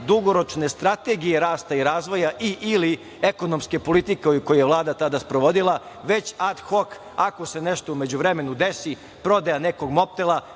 dugoročne strategije rasta i razvoja, i ili ekonomske politike koju je Vlada tada sprovodila, već ad hok, ako se nešto u međuvremenu desi, prodaja nekog Mobtela. Vi